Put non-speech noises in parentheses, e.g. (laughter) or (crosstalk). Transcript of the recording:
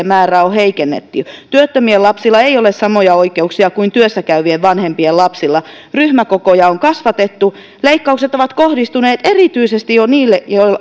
(unintelligible) määrää on heikennetty työttömien lapsilla ei ole samoja oikeuksia kuin työssä käyvien vanhempien lapsilla ryhmäkokoja on kasvatettu leikkaukset ovat kohdistuneet erityisesti niille